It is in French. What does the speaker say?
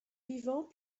vivant